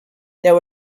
there